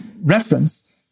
reference